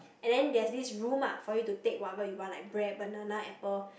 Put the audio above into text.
and then there's this room ah for you to take whatever you want like bread banana apple